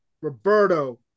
Roberto